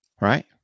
Right